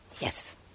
Yes